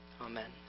Amen